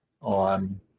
on